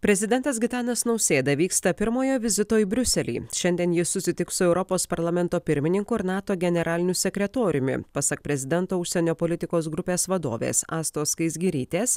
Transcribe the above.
prezidentas gitanas nausėda vyksta pirmojo vizito į briuselį šiandien jis susitiks su europos parlamento pirmininku ir nato generaliniu sekretoriumi pasak prezidento užsienio politikos grupės vadovės astos skaisgirytės